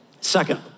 Second